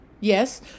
Yes